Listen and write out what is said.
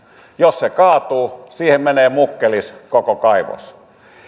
jos se kaatuu siihen menee mukkelis koko kaivos